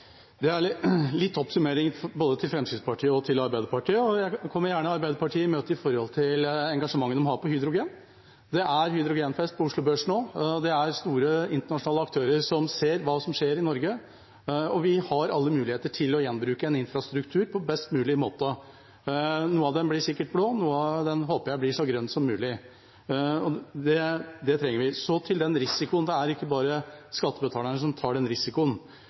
møte når det gjelder engasjementet de har for hydrogen. Det er hydrogen-fest på Oslo Børs nå. Det er store internasjonale aktører som ser hva som skjer i Norge, og vi har alle muligheter til å gjenbruke en infrastruktur på best mulig måte. Noe av den blir sikkert blå. Noe av den håper jeg blir så grønn som mulig. Det trenger vi. Så til risikoen: Det er ikke bare skattebetalerne som tar den risikoen.